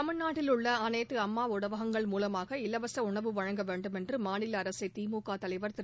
தமிழ்நாட்டில் உள்ள அனைத்து அம்மா உணவகங்கள் மூலமாக இலவச உணவு வழங்க வேண்டும் என்று மாநில அரசை திமுக தலைவர் திரு